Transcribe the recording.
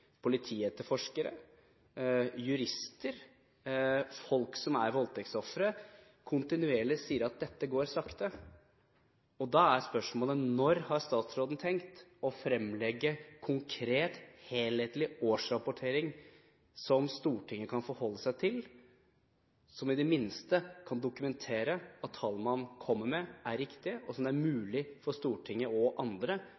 politietterforskere, jurister og folk som er voldtektsofre, kontinuerlig sier at dette går sakte. Da er spørsmålet: Når har statsråden tenkt å fremlegge en konkret, helhetlig årsrapport som Stortinget kan forholde seg til, som i det minste kan dokumentere at tall man kommer med, er riktige, og som det er